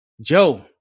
Joe